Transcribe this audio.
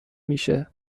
میشه